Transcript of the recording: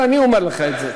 ואני אומר לך את זה,